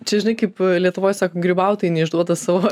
čia žinai kaip lietuvoj sako grybautojai neišduoda savo